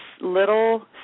Little